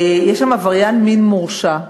יש עבריין מין מורשע,